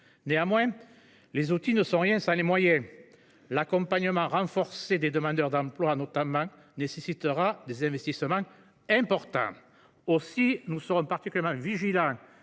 Néanmoins, les outils ne sont rien sans les moyens. L’accompagnement renforcé des demandeurs d’emploi notamment nécessitera des investissements importants. Aussi serons nous particulièrement vigilants